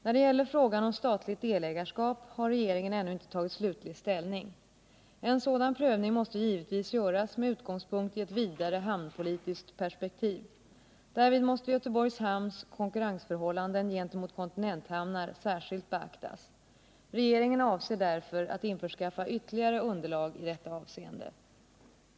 När det gäller frågan om statligt delägarskap har regeringen ännu inte tagit slutlig ställning. En sådan prövning måste givetvis göras med utgångspunkt i ett vidare hamnpolitiskt perspektiv. Därvid måste Göteborgs hamns konkurrensförhållanden gentemot kontinenthamnar särskilt beaktas. Regeringen avser därför att införskaffa ytterligare underlag i detta avseende.